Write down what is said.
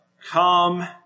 Come